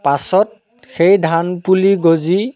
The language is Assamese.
পাছত সেই ধান পুলি গজি